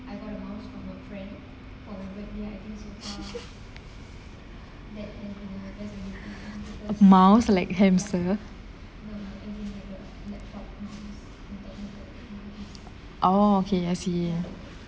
mouse like hamster orh okay I see